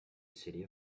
city